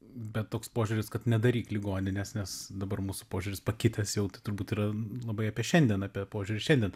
bet toks požiūris kad nedaryk ligoninės nes dabar mūsų požiūris pakitęs jau tai turbūt yra labai apie šiandien apie požiūrį šiandien